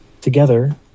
together